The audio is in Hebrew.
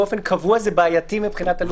באופן קבוע זה בעייתי מבחינת לוח הזמנים של הכנסת.